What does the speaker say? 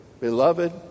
Beloved